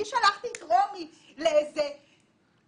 אני שלחתי את רומי לבית ספר?